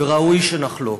וראוי שנחלוק,